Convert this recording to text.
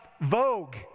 vogue